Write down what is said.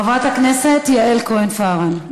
חברת הכנסת יעל כהן-פארן,